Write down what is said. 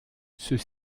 ceux